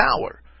power